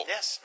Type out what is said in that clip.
Yes